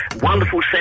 Wonderful